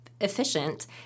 efficient